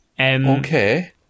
Okay